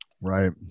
right